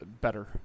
better